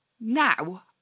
Now